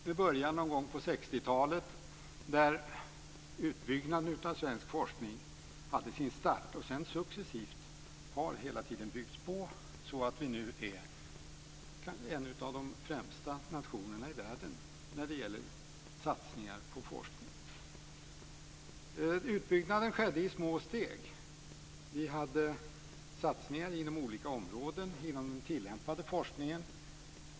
Vi började någon gång på 60-talet, då utbyggnaden av svensk forskning hade sin start. Sedan har den successivt byggts på, så att Sverige nu är en av de främsta nationerna i världen när det gäller satsningar på forskning. Utbyggnaden skedde i små steg. Vi gjorde satsningar inom olika områden av den tillämpade forskningen.